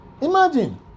Imagine